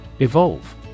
Evolve